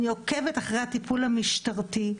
אני עוקבת אחרי הטיפול המשטרתי,